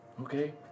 Okay